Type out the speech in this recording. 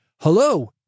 hello